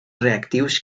reactius